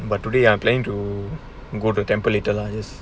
but today I'm plan to go to temple later lah causes